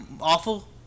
awful